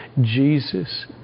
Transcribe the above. Jesus